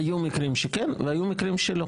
היו מקרים שכן, היו מקרים שלא.